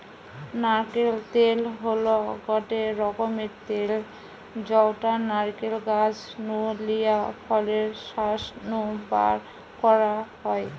নারকেল তেল হল গটে রকমের তেল যউটা নারকেল গাছ নু লিয়া ফলের শাঁস নু বারকরা হয়